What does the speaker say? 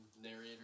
narrator